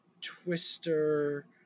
Twister